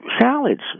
salads